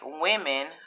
women